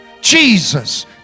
Jesus